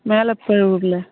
மேலப்பலூரில்